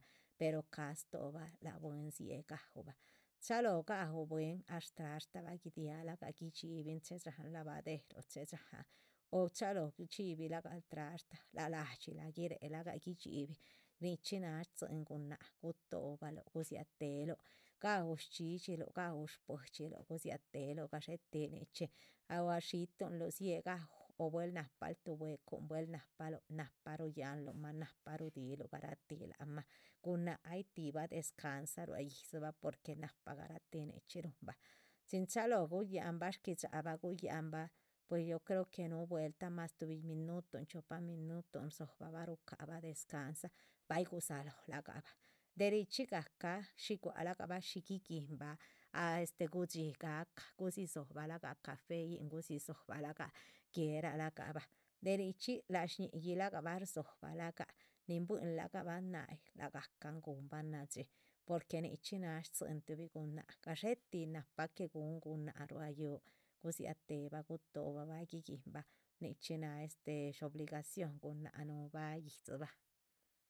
Pero ca´h stóhobah lac bwín dzieh gaúbah chalóho gaú bwín láha shtrashtabah guidia lac gah guidxibin chehedxáhan lavadero, chéhe dxáhan o chalóho chxíbi lagal trashta. lac la´dxi la guirelagah guidxibih nichxí náha stzín gunáhc gutohobaluh, gudziateluh, gau shchxídhxiluh, gau shbuidxiluh, gudziateheluh gadxé tih nichxí. ah ruá xiitunluh dzié gaú, buel napal tuh bwecun buehl napaluh nahpa ruhuyanlumah nahpa ruhudiluh garatih lac mah gunáhc ay tibah descansa, ruá yídzibah porque nahpa. garatih nichxí rúhunbah chin chalóho guyáhanbah shgui´dxabah guyáhanba pues yo creo que núh vueltah mas tuhbi minuton chiopa minuton rdzohobabah rucahabah descansa, bay gudzalóhola gabah, de richxí gahca shí gualagah bah shí guiguínbah a este gudxí gahca, guh dzi dzóhobalahga cafeyin, guh dzi dzóhobalahga, guéhera la gah bah. de richxí la shñihira gah bahrdzóhobah lahga nin buihinla gahbah náyih lac gahcan guhunbah nadxí, porque nichxí náha stzín tuhbi gunáhc, gadxé tih nahpa que guhun gunáhc. ruá yúhu, gudziatéhe bah gutóhobah bah guiguínbah nichxí nah este shobligación gunáhc núhubah yíhdzibah